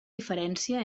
diferència